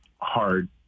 hard